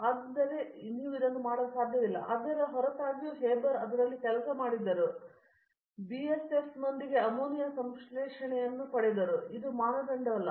ಆದ್ದರಿಂದ ನೀವು ಇದನ್ನು ಮಾಡಲು ಸಾಧ್ಯವಿಲ್ಲ ಆದರೆ ಅದರ ಹೊರತಾಗಿಯೂ ಹೇಬರ್ ಅದರಲ್ಲಿ ಕೆಲಸ ಮಾಡಿದರು ಮತ್ತು ಬಿಎಸ್ಎಫ್ನೊಂದಿಗೆ ಅಮೋನಿಯಾ ಸಂಶ್ಲೇಷಣೆಯನ್ನು ಪಡೆದರು ಇದು ಮಾನದಂಡವಲ್ಲ